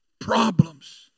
Problems